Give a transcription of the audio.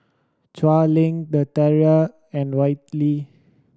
Chuan Link The Tiara and Whitley